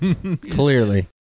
clearly